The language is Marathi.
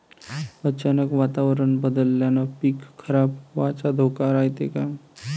अचानक वातावरण बदलल्यानं पीक खराब व्हाचा धोका रायते का?